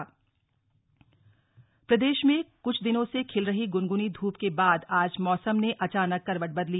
मौसम प्रदेश में कुछ दिनों से खिल रही गुनगुनी धूप के बाद आज मौसम ने अचानक करवट बदली